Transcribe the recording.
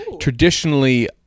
traditionally